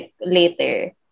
later